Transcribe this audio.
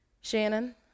Shannon